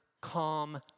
calm